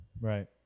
Right